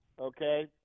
Okay